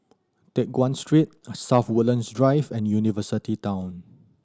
Teck Guan Street South Woodlands Drive and University Town